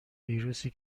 ویروسی